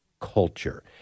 culture